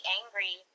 angry